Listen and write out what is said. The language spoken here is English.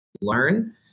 learn